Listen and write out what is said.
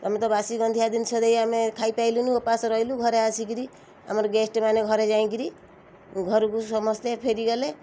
ତମେ ତ ବାସି ଗନ୍ଧିଆ ଜିନିଷ ଦେଇ ଆମେ ଖାଇ ପାଇଲୁନି ଓପାସ ରହିଲୁ ଘରେ ଆସିକିରି ଆମର ଗେଷ୍ଟ୍ ମାନେ ଘରେ ଯାଇଁକିରି ଘରୁକୁ ସମସ୍ତେ ଫେରିଗଲେ